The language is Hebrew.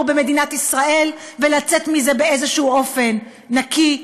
במדינת ישראל ולצאת מזה באיזשהו אופן נקי,